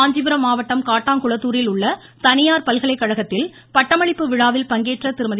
காஞ்சிபுரம் மாவட்டம் காட்டாங்குளத்தூரில் உள்ள பின்னர் தலியார் பல்கலைக்கழகத்தில் பட்டமளிப்பு விழாவில் பங்கேற்ற திருமதி